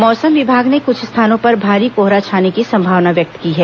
मौसम विभाग ने कुछ स्थानों पर भारी कोहरा छाने की संभावना व्यक्त की है